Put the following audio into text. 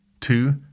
Two